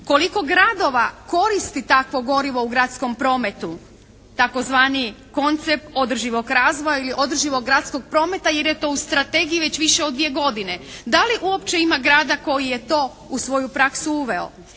Koliko gradova koristi takvo gorivo u gradskom prometu, tzv. koncept održivog razvoja ili održivog gradskog prometa jer je to u strategiji već više od dvije godine. Da li uopće ima grada koji je to u svoju praksu uveo?